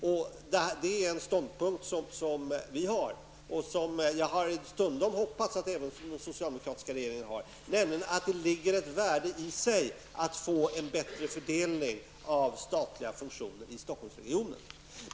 Vi i centern menar att det ligger ett värde i att få till stånd en bättre fördelning av statliga funktioner i Stockholmsregionen, och jag har stundom hoppats att även den socialdemokratiska regeringen ställer sig bakom denna åsikt.